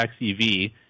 XEV